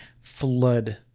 flood